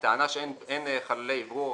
הטענה שאין חללי אוורור,